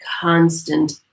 constant